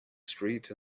street